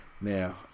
now